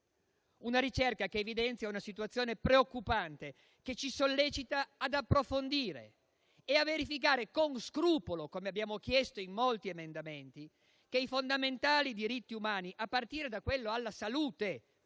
La ricerca evidenzia una situazione preoccupante, che ci sollecita ad approfondire e a verificare con scrupolo - come abbiamo chiesto in molti emendamenti - che i fondamentali diritti umani, a partire da quello alla salute